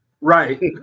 Right